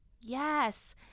Yes